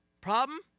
problem